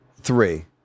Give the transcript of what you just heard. three